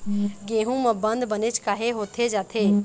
गेहूं म बंद बनेच काहे होथे जाथे?